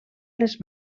les